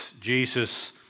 Jesus